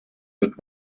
wird